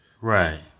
Right